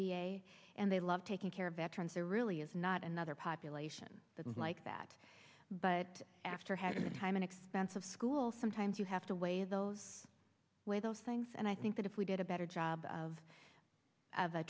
a and they love taking care of veterans there really is not another population that is like that but after having an expensive school sometimes you have to weigh those weigh those things and i think that if we did a better job of of